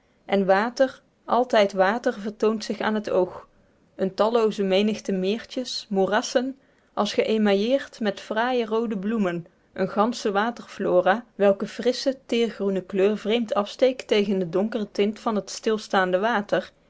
en water altijd water vertoont zich aan het oog een tallooze menigte meertjes moerassen als geëmailleerd met fraaie roode bloemen een gansche waterflora welker frissche teergroene kleur vreemd afsteekt tegen den donkeren tint van het stilstaande water